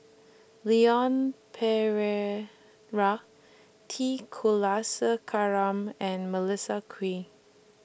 Leon Perera T Kulasekaram and Melissa Kwee